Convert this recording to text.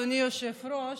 אדוני היושב-ראש,